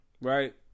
right